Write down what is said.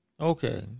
Okay